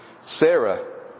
Sarah